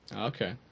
Okay